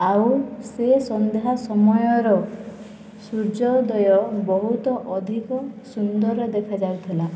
ଆଉ ସେ ସନ୍ଧ୍ୟା ସମୟର ସୁର୍ଯ୍ୟ ଉଦୟ ବହୁତ ଅଧିକ ସୁନ୍ଦର ଦେଖା ଯାଉଥିଲା